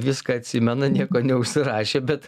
viską atsimena nieko neužsirašė bet